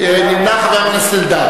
נמנע חבר הכנסת אלדד.